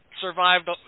survived